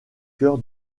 cœur